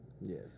Yes